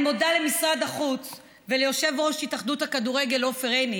אני מודה למשרד החוץ וליושב-ראש התאחדות הכדורגל עופר עיני,